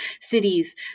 cities